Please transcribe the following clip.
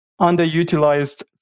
underutilized